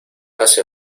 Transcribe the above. hace